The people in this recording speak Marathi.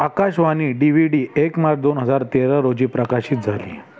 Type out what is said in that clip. आकाशवाणी डी व्ही डी एक मार्च दोन हजार तेरा रोजी प्रकाशित झाली